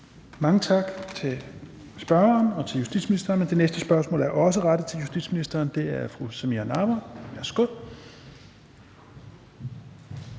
Mange tak til spørgeren og til justitsministeren. Det næste spørgsmål er også rettet til justitsministeren, og det er af fru Samira Nawa. Kl.